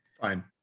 fine